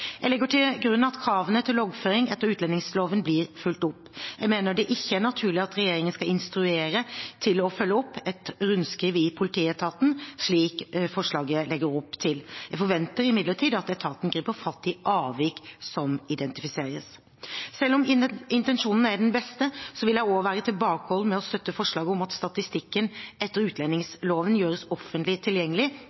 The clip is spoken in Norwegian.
Jeg legger til grunn at kravene til loggføring etter utlendingsloven blir fulgt opp. Jeg mener det ikke er naturlig at regjeringen skal instrueres til å følge opp et rundskriv i politietaten, slik forslaget legger opp til. Jeg forventer imidlertid at etaten griper fatt i avvik som identifiseres. Selv om intensjonen er den beste, vil jeg også være tilbakeholden med å støtte forslaget om at statistikken etter